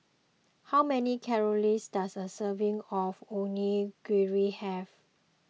how many calories does a serving of Onigiri have